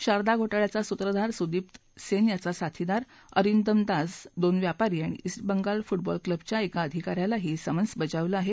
शारदा घोटाळ्याचा सूत्रधार सुदीप्त सेन याचा साथीदार अरिन्दम दास दोन व्यापारी आणि ईस्ट बंगाल फुटबॉल क्लबच्या एका अधिकाऱ्यालाही समन्स बजावलं आहे